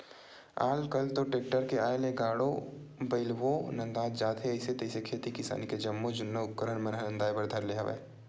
आल कल तो टेक्टर के आय ले गाड़ो बइलवो नंदात जात हे अइसे तइसे खेती किसानी के जम्मो जुन्ना उपकरन मन ह नंदाए बर धर ले हवय